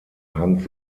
hans